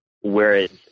Whereas